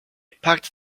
packed